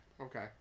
Okay